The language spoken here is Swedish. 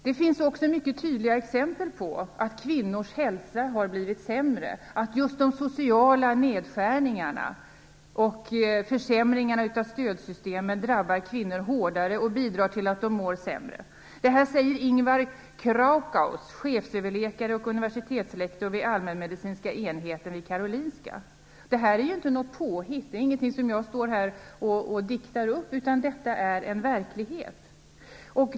Det finns också mycket tydliga exempel på att kvinnors hälsa har blivit sämre, att just de sociala nedskärningarna och försämringarna av stödsystemen drabbar kvinnor hårdare och bidrar till att de mår sämre. Det säger Ingvar Krakau, chefsöverläkare och universitetslektor vid allmänmedicinska enheten vid Karolinska. Det är inte något påhitt; det är inte något som jag står här och diktar upp, utan detta är en verklighet.